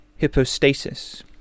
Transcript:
hypostasis